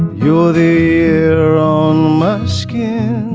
you are the wrong skin